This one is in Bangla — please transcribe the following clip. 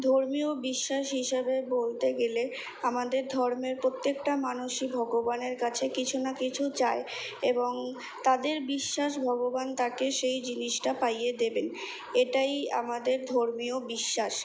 ধর্মীয় বিশ্বাস হিসাবে বলতে গেলে আমাদের ধর্মের প্রত্যেকটা মানুষই ভগবানের কাছে কিছু না কিছু চায় এবং তাদের বিশ্বাস ভগবান তাকে সেই জিনিসটা পাইয়ে দেবেন এটাই আমাদের ধর্মীয় বিশ্বাস